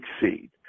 succeed